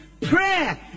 Prayer